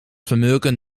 vermögen